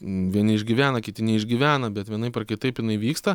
vieni išgyvena kiti neišgyvena bet vienaip ar kitaip jinai vyksta